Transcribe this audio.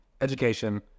education